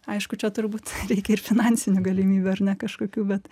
aišku čia turbūt reikia ir finansinių galimybių ar ne kažkokių bet